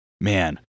man